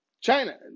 China